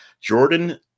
Jordan